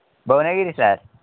Bhuvanagiri sir